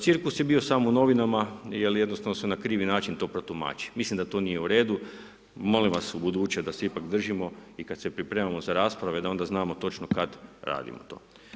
Cirkus je bio samo u novinama jer jednostavno su na krivi način to protumačili, mislim da to nije u redu, molim vas ubuduće da se ipak držimo, i kad se pripremamo za rasprave da onda znamo točno kad radimo to.